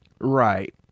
right